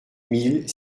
mille